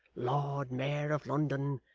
lord mayor of london,